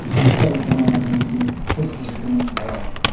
digital बनाउनका निम्ति कोसिसहरू पनि भइराखेका छन्